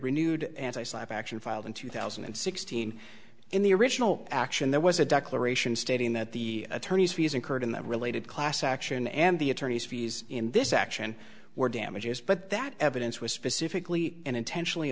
renewed anti science action filed in two thousand and sixteen in the original action there was a declaration stating that the attorneys fees incurred in that related class action and the attorney's fees in this action were damages but that evidence was specifically and intentionally